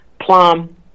Plum